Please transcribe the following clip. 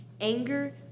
anger